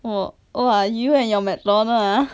oh oh ah you and your mcdonald ah